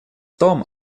том